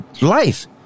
life